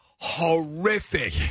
Horrific